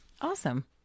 Awesome